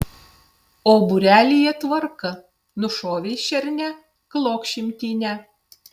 o būrelyje tvarka nušovei šernę klok šimtinę